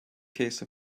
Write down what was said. case